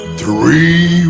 three